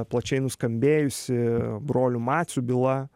plačiai nuskambėjusi brolių macių byla